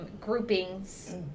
groupings